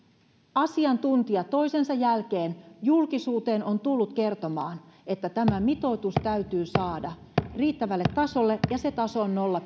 asiantuntija toisensa jälkeen julkisuuteen on tullut kertomaan että tämä mitoitus täytyy saada riittävälle tasolle ja se taso on nolla